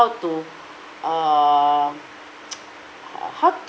to err uh how to